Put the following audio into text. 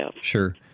Sure